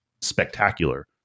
spectacular